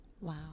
Wow